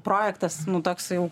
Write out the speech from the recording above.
projektas nu toks jau